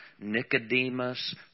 Nicodemus